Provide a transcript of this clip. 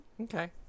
Okay